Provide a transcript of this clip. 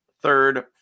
third